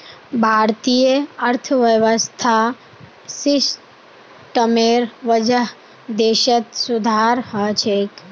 भारतीय अर्थव्यवस्था सिस्टमेर वजह देशत सुधार ह छेक